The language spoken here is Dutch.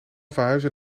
verhuizen